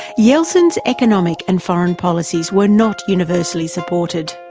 yeltsin's economic and foreign policies were not universally supported.